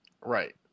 Right